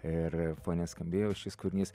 ir fone skambėjo šis kūrinys